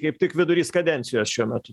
kaip tik vidurys kadencijos šiuo metu